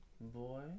boy